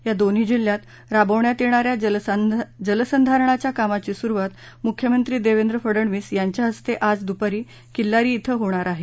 या दोन्ही जिल्ह्यात राबवण्यात येणाऱ्या जलसंधारणाच्या कामांची सुरुवात मुख्यमंत्री देवेंद्र फडणवीस यांच्या हस्ते आज दुपारी किल्लारी इथं होणार आहे